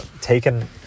taken